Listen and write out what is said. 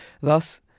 Thus